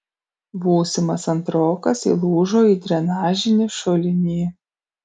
būsimas antrokas įlūžo į drenažinį šulinį